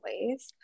ways